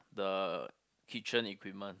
the kitchen equipment